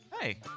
Hey